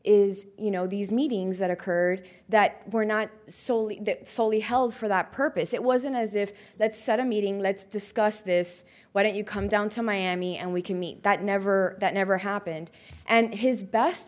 is you know these meetings that occurred that were not solely soley held for that purpose it wasn't as if that said a meeting let's discuss this why don't you come down to miami and we can meet that never that never happened and his best